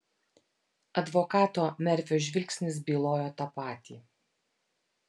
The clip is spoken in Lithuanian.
advokato merfio žvilgsnis bylojo tą patį